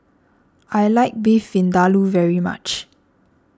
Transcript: I like Beef Vindaloo very much